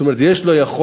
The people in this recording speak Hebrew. זאת אומרת, יש לו יכולת,